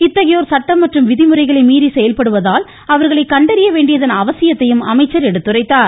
இத்தகையோர் சட்டம் மற்றும் விதிமுறைகளை மீறி செயல்படுவதால் அவர்களை கண்டறிய வேண்டியதன் அவசியத்தையும் அமைச்சர் சுட்டிக்காட்டினார்